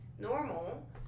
normal